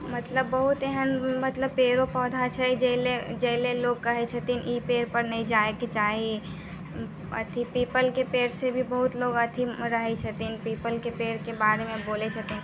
मतलब बहुत एहन मतलब पेड़ो पौधा छै जाहिलए जाहिलए लोक कहै छथिन ई पेड़पर नहि जाइके चाही अथी पीपलके पेड़सँ भी बहुत लोक अथी रहै छथिन पीपलके पेड़के बारेमे बोलै छथिन